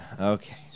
okay